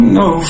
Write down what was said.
no